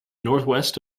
northwest